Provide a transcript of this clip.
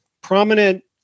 prominent